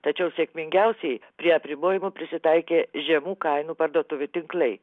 tačiau sėkmingiausiai prie apribojimų prisitaikė žemų kainų parduotuvių tinklai